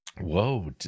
Whoa